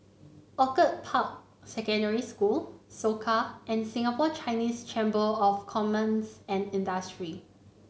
Orchid Park Secondary School Soka and Singapore Chinese Chamber of Commerce and Industry